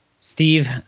Steve